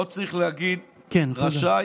לא צריך להגיד "רשאי".